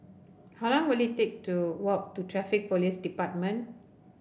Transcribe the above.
how long will it take to walk to Traffic Police Department